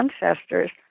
ancestors